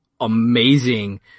amazing